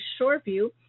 Shoreview